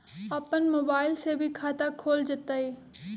अपन मोबाइल से भी खाता खोल जताईं?